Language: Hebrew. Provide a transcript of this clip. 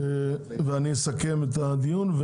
מזון,